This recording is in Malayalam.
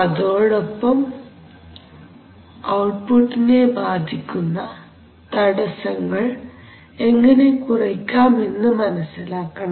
അതോടൊപ്പം ഔട്ട്പുട്ടിനെ ബാധിക്കുന്ന തടസ്സങ്ങൾ എങ്ങനെ കുറയ്ക്കാം എന്ന് മനസ്സിലാക്കണം